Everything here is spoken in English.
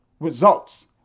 results